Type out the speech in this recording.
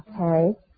Okay